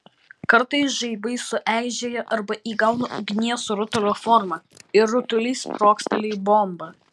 kartais žaibai sueižėja arba įgauna ugnies rutulio formą ir rutulys sprogsta lyg bomba